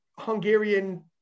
Hungarian